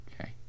Okay